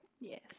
Yes